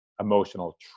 emotional